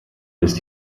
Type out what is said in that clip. ist